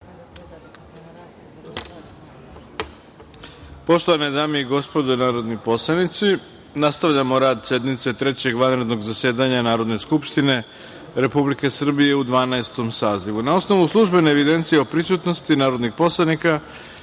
Poštovane dame i gospodo narodni poslanici, nastavljamo rad sednice Trećeg vanrednog zasedanja Narodne skupštine Republike Srbije u Dvanaestom sazivu. Na osnovu službene evidencije o prisutnosti narodnih poslanika,